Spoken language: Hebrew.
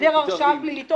היעדר הרשעה פלילית,